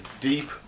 deep